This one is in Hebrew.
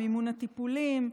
מימון הטיפולים.